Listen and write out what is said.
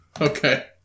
Okay